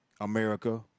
America